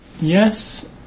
Yes